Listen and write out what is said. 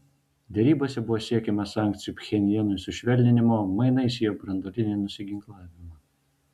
derybose buvo siekiama sankcijų pchenjanui sušvelninimo mainais į jo branduolinį nusiginklavimą